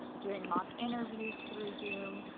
doing mock interviews through zoom,